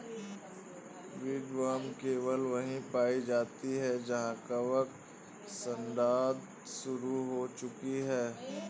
woodworm केवल वहीं पाई जाती है जहां कवक सड़ांध शुरू हो चुकी है